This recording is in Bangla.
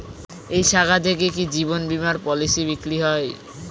এই শাখা থেকে কি জীবন বীমার পলিসি বিক্রয় হয়?